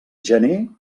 gener